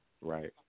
Right